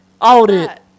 audit